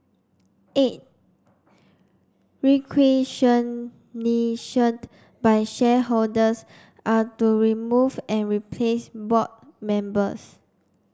eight by shareholders are to remove and replace board members